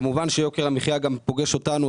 כמובן שיוקר המחיה פוגש גם אותנו,